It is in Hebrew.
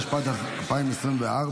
התשפ"ד 2024,